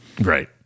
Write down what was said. right